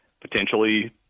potentially